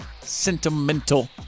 sentimental